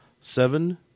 Seven